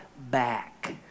back